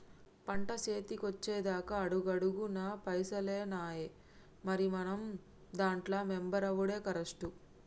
పంట సేతికొచ్చెదాక అడుగడుగున పైసలేనాయె, మరి మనం దాంట్ల మెంబరవుడే కరెస్టు